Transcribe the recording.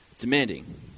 demanding